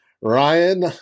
Ryan